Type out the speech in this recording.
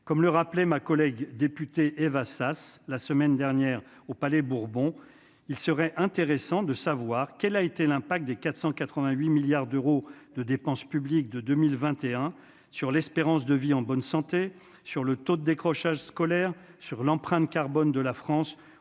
comme le rappelait ma collègue députée Éva Sas, la semaine dernière au Palais Bourbon, il serait intéressant de savoir quelle a été l'impact des 488 milliards d'euros de dépenses publiques de 2021 sur l'espérance de vie en bonne santé, sur le taux de décrochage scolaire sur l'empreinte carbone de la France